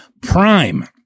prime